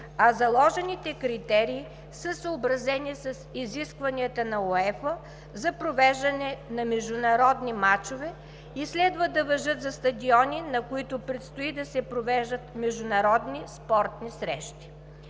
а заложените критерии са съобразени с изискванията на УЕФА за провеждане на международни мачове и следва да важат за стадиони, на които предстои да се провеждат международни спортни срещи.